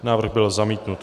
Návrh byl zamítnut.